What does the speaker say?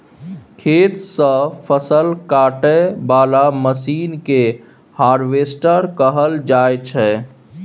खेत सँ फसल काटय बला मशीन केँ हार्वेस्टर कहल जाइ छै